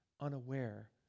unaware